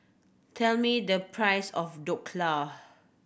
tell me the price of Dhokla